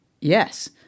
yes